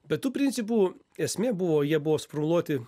bet tų principų esmė buvo jie buvo suformuluoti